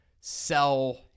sell